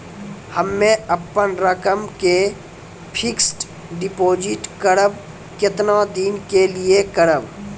हम्मे अपन रकम के फिक्स्ड डिपोजिट करबऽ केतना दिन के लिए करबऽ?